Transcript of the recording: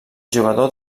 jugador